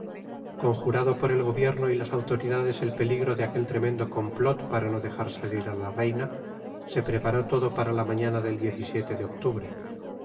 bien conjurado por el gobierno y las autoridades el peligro de aquel tremendo complot para no dejar salir a la reina se preparó todo para la mañana del de octubre